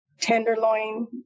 Tenderloin